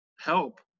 help